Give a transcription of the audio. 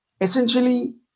essentially